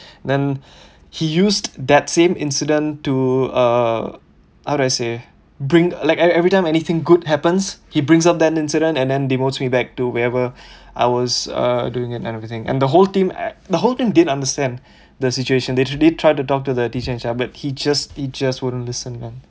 then he used that same incident to uh how do I say bring like every time anything good happens he brings up that incident and then demotes me back to wherever I was uh doing it and everything and the whole team the whole team did understand the situation they did try to talk the teacher in charge but he just he just wouldn't listen